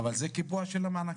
אבל זה קיבוע של המענקים.